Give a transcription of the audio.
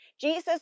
Jesus